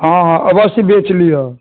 हँ हँ अवश्य बेच लिअ